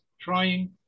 trying